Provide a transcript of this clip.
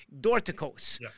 Dorticos